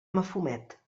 mafumet